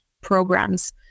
programs